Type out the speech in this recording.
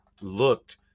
looked